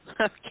Okay